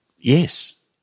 yes